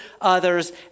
others